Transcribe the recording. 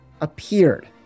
appeared